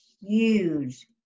huge